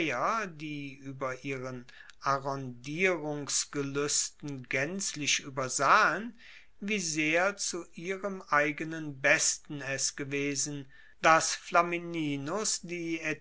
die ueber ihren arrondierungsgeluesten gaenzlich uebersahen wie sehr zu ihrem eigenen besten es gewesen dass flamininus die